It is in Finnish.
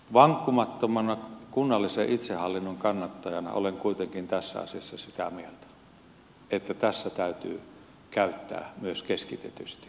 vankkumattomana kunnallisen itsehallinnon kannattajana olen kuitenkin tässä asiassa sitä mieltä että tässä täytyy käyttää myös keskitetysti vaikutusvaltaa ja valtaa